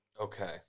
Okay